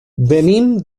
venim